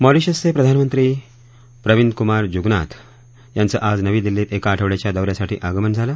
मॉरीशसचे प्रधानमंत्री प्रविदकुमार जुगनाथ यांच आज नवी दिल्लीत एका आठवड्याच्या दौऱ्यासाठी आगमन झालं